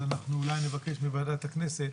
אז אנחנו אולי נבקש מוועדת הכנסת.